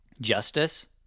Justice